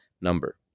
number